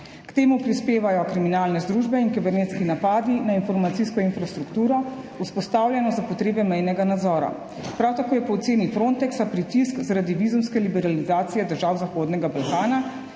K temu prispevajo kriminalne združbe in kibernetski napadi na informacijsko infrastrukturo, vzpostavljeno za potrebe mejnega nadzora. Prav tako je po oceni Frontexa pritisk zaradi vizumske liberalizacije držav Zahodnega Balkana,